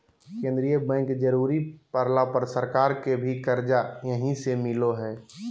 केंद्रीय बैंक जरुरी पड़ला पर सरकार के भी कर्जा यहीं से मिलो हइ